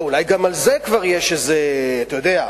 אולי גם על זה כבר יש איזה, אתה יודע.